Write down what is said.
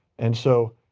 and so,